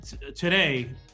Today